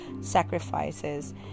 sacrifices